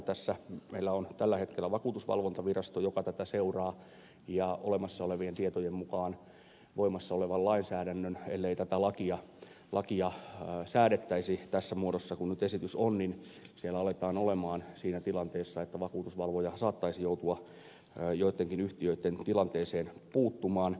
tässä meillä on tällä hetkellä vakuutusvalvontavirasto joka tätä seuraa ja olemassa olevien tietojen mukaan voimassa olevan lainsäädännön perusteella ellei tätä lakia säädettäisi tässä muodossa kuin esitys nyt on siellä aletaan olla siinä tilanteessa että vakuutusvalvoja saattaisi joutua joittenkin yhtiöitten tilanteeseen puuttumaan